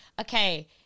okay